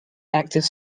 active